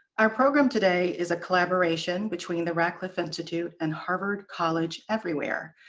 our program today is a collaboration between the radcliffe institute and harvard college everywhere,